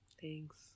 thanks